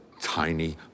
tiny